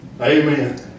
Amen